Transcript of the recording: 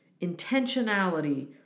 intentionality